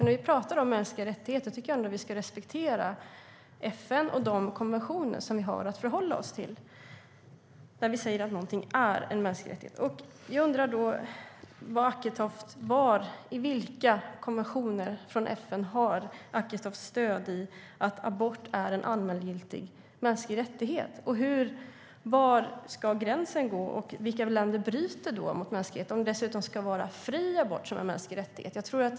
När vi talar om mänskliga rättigheter ska vi ändå respektera FN och de konventioner vi har att förhålla oss till när vi säger att någonting är en mänsklig rättighet. I vilka konventioner från FN har Acketoft stöd i att abort är en allmängiltig mänsklig rättighet? Var ska gränsen gå? Vilka länder bryter mot mänskliga rättigheter om dessutom fri abort ska vara en mänsklig rättighet?